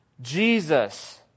Jesus